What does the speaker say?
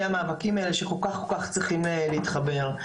המאבקים האלה שכל כך צריכים להתחבר.